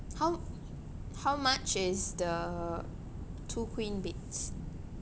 how how much is the two queen beds